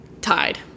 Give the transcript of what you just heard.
tied